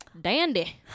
Dandy